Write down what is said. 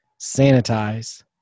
sanitize